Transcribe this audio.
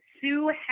Sue